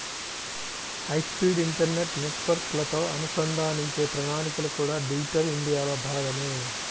high speed internet నెట్వర్క్లతో అనుసంధానించే ప్రణాళికలు కూడా డిజిటల్ ఇండియాలో భాగమే